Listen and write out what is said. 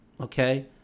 okay